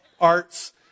arts